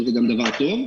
שזה גם דבר טוב.